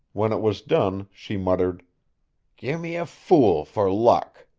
when it was done she muttered gimme a fool for luck.